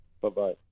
Bye-bye